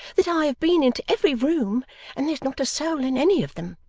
that i have been into every room and there's not a soul in any of them